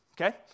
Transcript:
Okay